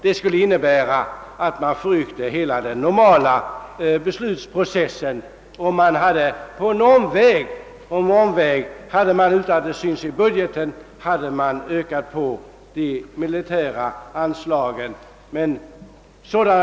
Om man på en omväg och utan att det syns i budgeten ökar de militära anslagen förrycker man hela den normala beslutsprocessen.